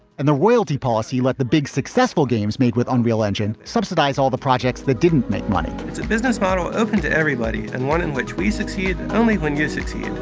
and the royalty policy let the big successful games made with unreal engine subsidize all the projects that didn't make money it's a business model open to everybody, and one in which we succeed only when you succeed it's